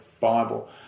Bible